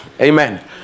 Amen